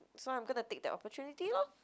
so I'm gonna take the opportunity lor